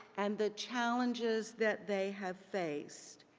and the challenges that they have faced